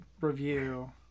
review